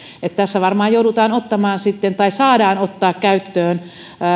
tässä varmaan joudutaan ottamaan tai saadaan ottaa käyttöön